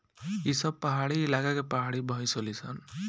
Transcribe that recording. ई सब पहाड़ी इलाका के पहाड़ी भईस होली सन